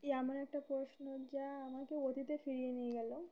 এটা এমন একটা প্রশ্ন যা আমাকে অতীতে ফিরিয়ে নিয়ে গেলো